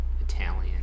Italian